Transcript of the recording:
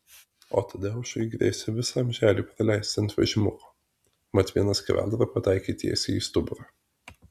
o tadeušui grėsė visą amželį praleisti ant vežimuko mat viena skeveldra pataikė tiesiai į stuburą